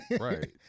right